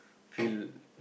feel